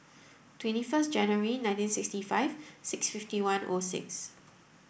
twenty first January nineteen sixty five six fifty one O six